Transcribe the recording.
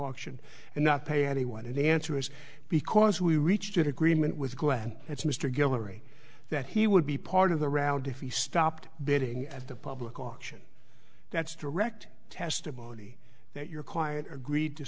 auction and not pay anyone and the answer is because we reached an agreement with glenn it's mr guillory that he would be part of the round if you stopped bidding at the public auction that's direct testimony that your client agreed to